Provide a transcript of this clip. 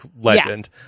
legend